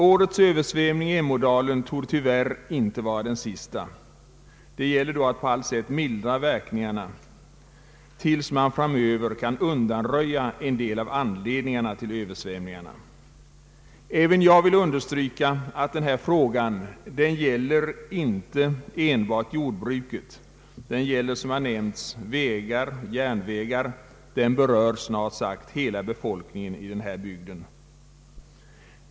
Årets översvämning i Emådalen torde tyvärr inte vara den sista. Det gäller då att på allt sätt mildra verkningarna tills man framöver kan undanröja en del av anledningarna till översvämningarna. Även jag vill understryka att denna fråga inte gäller enbart jordbruket. Den gäller, som har nämnts, vägar och järnvägar och berör en stor del av befolkningen i denna bygd.